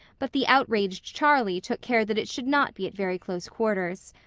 but the outraged charlie took care that it should not be at very close quarters.